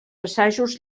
assajos